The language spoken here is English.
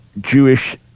Jewish